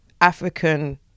African